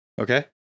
okay